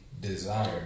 Desire